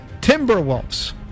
Timberwolves